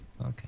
Okay